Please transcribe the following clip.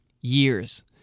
years